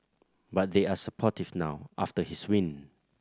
but they are supportive now after his win